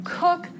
cook